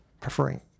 preferring